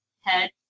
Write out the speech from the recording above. head